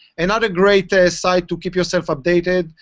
and but great ah site to keep yourself updated,